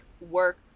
work